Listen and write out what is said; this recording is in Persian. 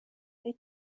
های